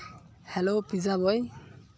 hello pizza boy